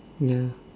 ya